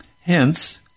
Hence